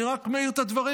אני רק מעיר את הדברים,